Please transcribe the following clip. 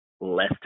less